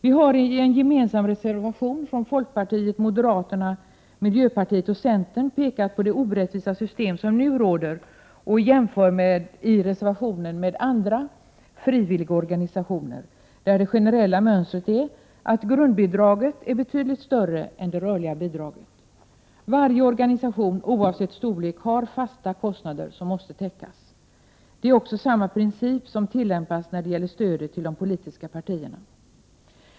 Vi har i en gemensam reservation från folkpartiet, moderaterna, miljöpartiet och centern pekat på det orättvisa system som nu tillämpas och jämfört det med andra frivilligorganisationer, där det generella mönstret är att Prot. 1988/89:105 grundbidraget är betydligt större än det rörliga bidraget. Varje organisation 27 april 1989 oavsett storlek har fasta kostnader som måste täckas. Det är också samma princip som tillämpas när det gäller stödet till de politiska partierna.